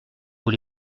vous